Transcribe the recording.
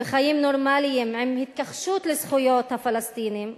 וחיים נורמליים עם התכחשות לזכויות הפלסטינים,